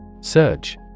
Search